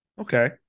Okay